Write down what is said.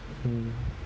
mm